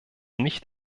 nicht